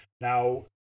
Now